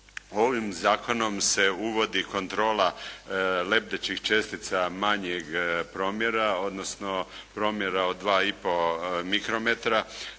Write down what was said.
Ovim zakonom se uvodi kontrola lebdećih čestica manjeg promjera odnosno promjera od 2,5 mikrometra,